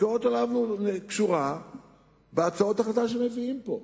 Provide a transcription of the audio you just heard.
הביקורת עליו קשורה בהצעות החלטה שמביאים פה.